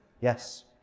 Yes